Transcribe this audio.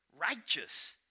righteous